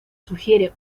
sugiere